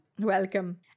Welcome